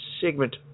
segment